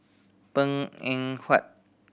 Png Eng Huat